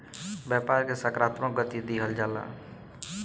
व्यापार के सकारात्मक गति दिहल जाला